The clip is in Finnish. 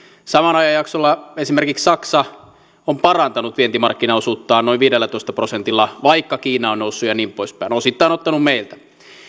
samalla ajanjaksolla esimerkiksi saksa on parantanut vientimarkkinaosuuttaan noin viidellätoista prosentilla vaikka kiina on noussut ja niin poispäin osittain ottanut meiltä